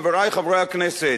חברי חברי הכנסת,